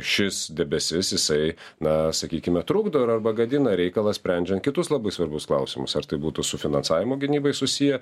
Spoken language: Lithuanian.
šis debesis jisai na sakykime trukdo ar arba gadina reikalą sprendžiant kitus labai svarbius klausimus ar tai būtų su finansavimo gynybai susiję